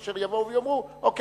אשר יבואו ויאמרו: אוקיי,